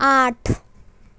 आठ